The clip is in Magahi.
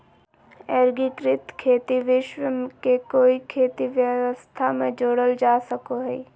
एग्रिकृत खेती विश्व के कोई खेती व्यवस्था में जोड़ल जा सको हइ